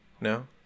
No